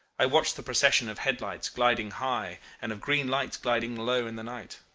i watched the procession of head-lights gliding high and of green lights gliding low in the night,